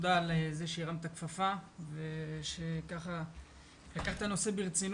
תודה על זה שהרמת את הכפפה ושלקחת את הנושא ברצינות.